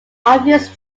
obvious